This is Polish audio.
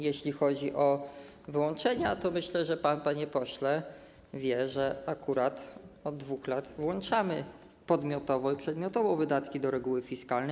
Jeśli chodzi o wyłączenia, to myślę, że pan, panie pośle, wie, że akurat od 2 lat włączamy podmiotowo i przedmiotowo wydatki do reguły fiskalnej.